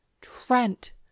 trent